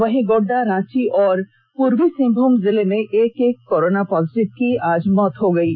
वहीं गोड़डा रांची और पूर्वी सिंहभूम जिले में एक एक कोरोना पॉजिटिव की आज मौत हो गयी